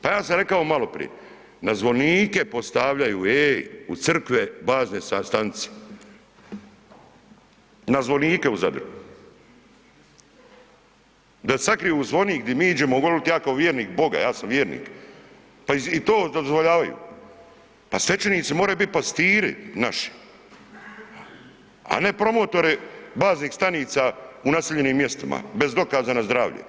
Pa ja sam rekao maloprije na zvonike postavljaju, ej, u crkve bazne stanice, na zvonike u Zadru, da sakriju zvonik gdje mi iđemo molit, ja kao vjernik Boga, ja sam vjernik, pa i to dozvoljavaju, pa svećenici moraju biti pastiri naši, a ne promotori baznih stanica u naseljenim mjestima bez dokaza na zdravlje.